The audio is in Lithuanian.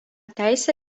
teisę